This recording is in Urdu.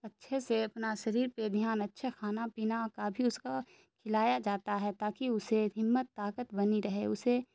اچھے سے اپنا شریر پہ دھیان اچھا کھانا پینا کا بھی اس کا کھلایا جاتا ہے تاکہ اسے ہمت طاقت بنی رہے اسے